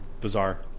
bizarre